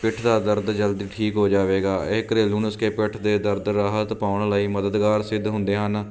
ਪਿੱਠ ਦਾ ਦਰਦ ਜਲਦੀ ਠੀਕ ਹੋ ਜਾਵੇਗਾ ਇਹ ਘਰੇਲੂ ਨੁਸਖੇ ਪਿੱਠ ਦੇ ਦਰਦ ਤੋਂ ਰਾਹਤ ਪਾਉਣ ਲਈ ਮਦਦਗਾਰ ਸਿੱਧ ਹੁੰਦੇ ਹਨ